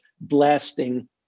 blasting